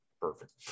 perfect